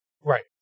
Right